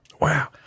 Wow